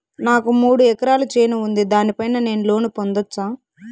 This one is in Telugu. నాకు మూడు ఎకరాలు చేను ఉంది, దాని పైన నేను లోను పొందొచ్చా?